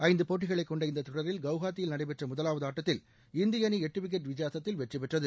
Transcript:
ஐந்து போட்டிகளைக் கொண்ட இந்த தொடரில் குவஹாத்தியில் நடைபெற்ற முதலாவது ஆட்டத்தில் இந்திய அணி எட்டு விக்கெட் வித்தியாசத்தில் வெற்றி பெற்றது